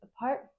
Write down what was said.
apart